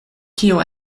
kio